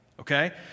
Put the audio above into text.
Okay